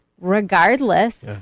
regardless